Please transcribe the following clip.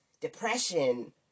depression